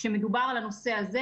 כאשר מדובר על הנושא הזה,